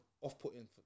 off-putting